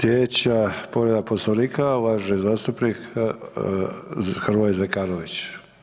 Sljedeća povreda Poslovnika uvaženi zastupnik Hrvoje Zekanović.